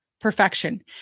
perfection